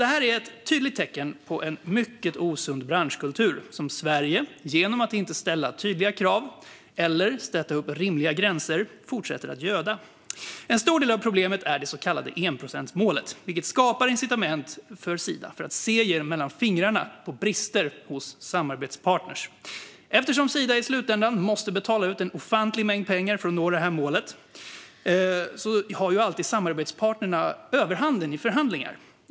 Detta är ett tydligt tecken på en mycket osund branschkultur som Sverige fortsätter att göda genom att inte ställa tydliga krav eller sätta rimliga gränser. En stor del av problemet är det så kallade enprocentsmålet, vilket skapar incitament för Sida att se mellan fingrarna på brister hos samarbetspartner. Eftersom Sida i slutändan måste betala ut en ofantlig mängd pengar för att nå målet har ju samarbetspartnerna alltid överhanden i förhandlingar.